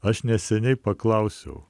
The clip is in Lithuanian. aš neseniai paklausiau